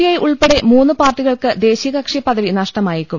I ഉൾപ്പെടെ മൂന്ന് പാർട്ടികൾക്ക് ദേശീയകക്ഷി പദവി നഷ്ടമായേക്കും